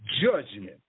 judgment